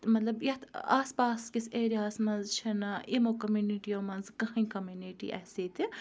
مطلب یَتھ آس پاس کِس ایریا ہَس منٛز چھِنہٕ یِمو کَمنِٹیو منٛزٕ کٕہٕنۍ کَمنِٹی اَسہِ ییٚتہِ